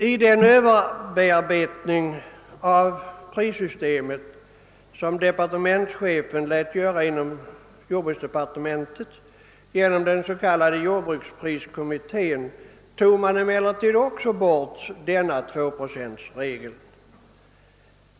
I den överarbetning av prissystemet som departementschefen lät göra inom jordbruksdepartementet genom den s.k. jordbrukspriskommittén tog man emellertid också bort denna tvåprocentregel.